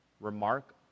remark